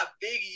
big